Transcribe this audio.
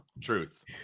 Truth